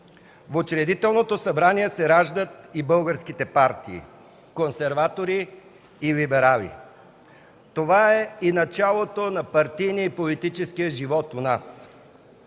В Учредителното събрание се раждат и българските партии – консерватори и либерали. Това е и началото на партийния и политически живот у нас.